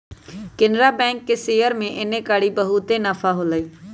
Canara bank के share में एन्नेकारी बहुते नफा होलई